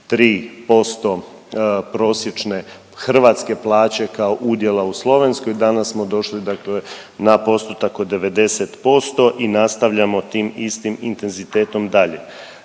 73% prosječne hrvatske plaće kao udjela u slovenskoj, danas smo došli dakle na postotak od 90% i nastavljamo tim istim intenzitetom dalje.